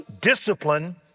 discipline